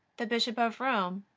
the bishop of rome,